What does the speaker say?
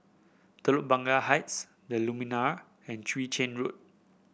Telok Blangah Heights the Lumiere and Chwee Chian Road